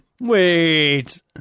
Wait